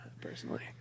personally